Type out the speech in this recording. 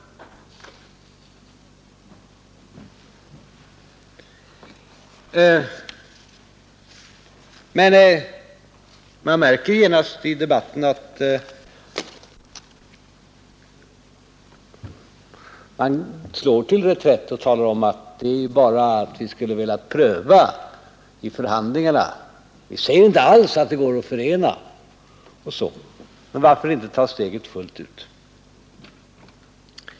Det framgår av debatten att man slår till reträtt, då man säger att man skulle vilja pröva på förhandlingar men inte alls vill påstå att medlemskap och neutralitet går att förena. Men varför inte ta steget fullt ut?